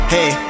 Hey